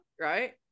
right